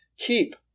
keep